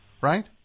Right